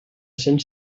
cent